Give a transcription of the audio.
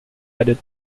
added